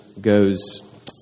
goes